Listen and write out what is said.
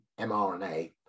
mRNA